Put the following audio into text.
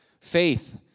faith